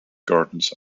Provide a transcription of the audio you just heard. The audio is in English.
gardens